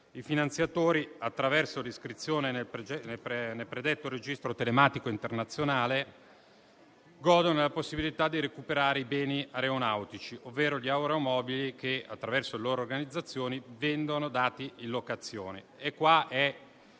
i finanziatori, attraverso l'iscrizione nel registro telematico internazionale, godono della possibilità di recuperare i beni aeronautici, ovvero gli aeromobili che, attraverso le loro organizzazioni, vengono dati in locazione.